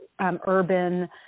urban